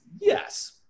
yes